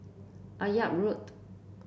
Akyab Road